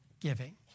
giving